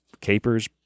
Capers